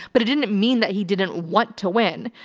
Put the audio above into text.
but it didn't mean that he didn't want to win.